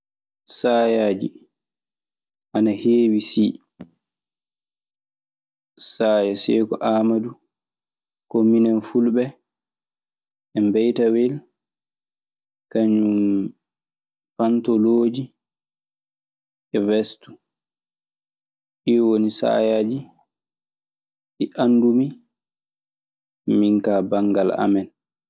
Saayaji ana keewi sii. Saaya seeku amaadu ko minen Fulɓe, e mbeytawel, kañum pantalooji, e vest e tisorti.